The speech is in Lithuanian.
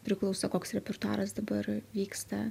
priklauso koks repertuaras dabar vyksta